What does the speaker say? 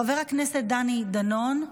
חבר הכנסת דני דנון,